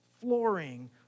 flooring